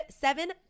Seven